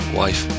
wife